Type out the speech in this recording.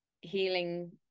healing